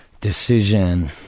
decision